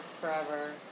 forever